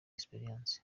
experience